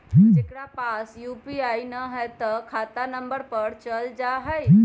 जेकरा पास यू.पी.आई न है त खाता नं पर चल जाह ई?